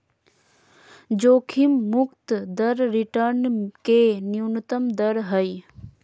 जोखिम मुक्त दर रिटर्न के न्यूनतम दर हइ